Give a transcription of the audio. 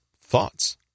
thoughts